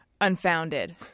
unfounded